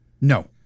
No